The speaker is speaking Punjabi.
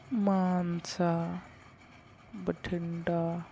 ਮਾਨਸਾ ਬਠਿੰਡਾ